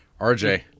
RJ